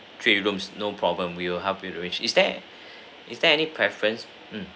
three rooms no problem we'll help you to arrange is there is there any preference mm